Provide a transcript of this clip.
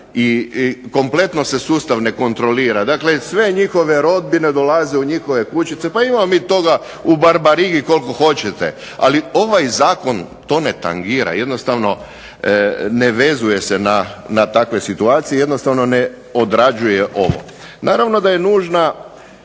i kompletno se sustav ne kontrolira. Dakle sve njihove rodbine dolaze u njihove kućice, pa imamo mi toga u Barbarigi koliko hoćete, ali ovaj zakon to ne tangira, jednostavno ne vezuje se na takve situacije, jednostavno ne odrađuje ovo. Naravno da je nužna